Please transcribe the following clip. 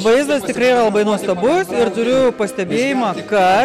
vaizdas tikrai yra labai nuostabus ir turiu pastebėjimą ka